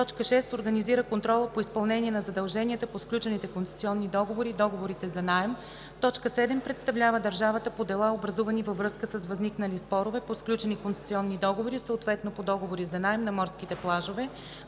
6. организира контрола по изпълнение на задълженията по сключените концесионни договори и договорите за наем; 7. представлява държавата по дела, образувани във връзка с възникнали спорове по сключени концесионни договори, съответно по договори за наем, на морските плажове.“;